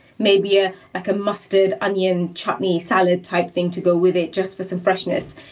maybe ah like a mustard, onion chutney salad type thing to go with it just for some freshness.